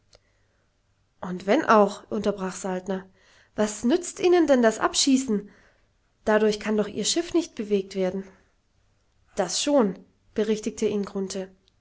und wenn auch unterbrach saltner was nützt ihnen denn das abschießen dadurch kann doch ihr schiff nicht bewegt werden das schon berichtigte ihn